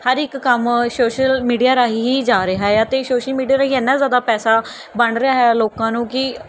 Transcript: ਹਰ ਇੱਕ ਕੰਮ social media ਰਾਹੀਂ ਹੀ ਜਾ ਰਿਹਾ ਆ ਅਤੇ ਸੋਸ਼ਲ ਮੀਡੀਆ ਰਾਹੀਂ ਇੰਨਾਂ ਜ਼ਿਆਦਾ ਪੈਸਾ ਬਣ ਰਿਹਾ ਹੈ ਲੋਕਾਂ ਨੂੰ ਕਿ